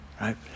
right